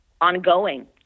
ongoing